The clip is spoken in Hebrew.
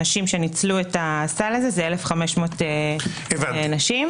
ניצלו את הסל הזה 1,500 נשים,